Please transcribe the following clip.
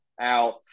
out